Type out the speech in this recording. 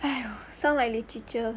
!aiyo! sound like literature